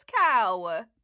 cow